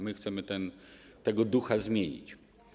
My chcemy tego ducha zmienić.